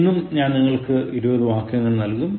ഇന്നും ഞാൻ നിങ്ങൾക്ക് 20 വാക്യങ്ങൾ നൽകും